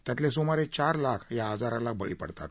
त्यातले सुमारे चार लाख या आजाराला बळी पडतात